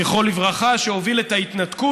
זכרו לברכה, שהוביל את ההתנתקות.